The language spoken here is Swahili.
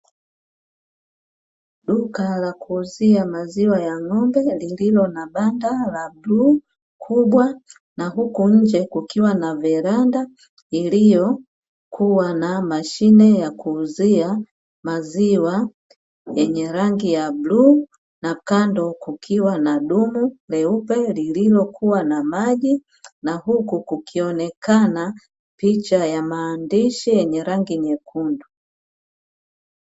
Duka la kuuzia maziwa ya ng'ombe lililo na banda la bluu kubwa na huko nje kukiwa na veranda, iliyokuwa na mashine ya kuuzia maziwa yenye rangi ya bluu na kando kukiwa na dumu leupe lililokuwa na maji, na huku kukionekana picha ya maandishi yenye rangi nyekundu.